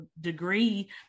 degree